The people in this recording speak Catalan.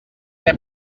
era